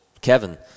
Kevin